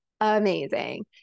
amazing